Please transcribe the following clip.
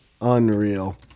unreal